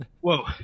whoa